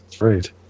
Right